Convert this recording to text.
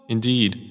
Indeed